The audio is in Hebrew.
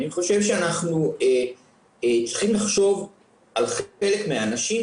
אני חושב שאנחנו צריכים לחשוב על חלק מהאנשים,